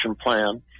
plan